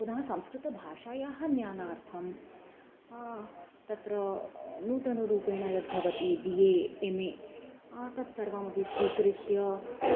पुनः संस्कृतभाषायाः ज्ञानार्थं तत्र नूतनरूपेण यद्भवति बि ए एम् ए तत्सर्वमपि स्वीकृत्य